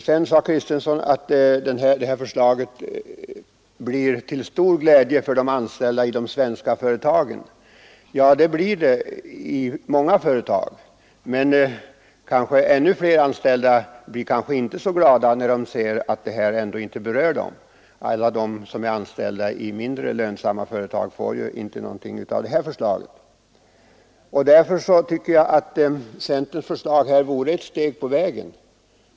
Sedan sade herr Kristenson att förslaget i dag blir till stor glädje för de anställda i de svenska företagen. Ja, det blir det för de anställda i många företag, som har dessa stora vinster, men ännu flera anställda blir kanske inte så glada när de ser att det ändå inte berör dem. Alla de som är anställda i mindre lönsamma företag får ingenting med av det här förslaget. Jag tycker att centerns förslag vore ett steg på vägen.